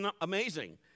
amazing